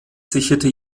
sicherte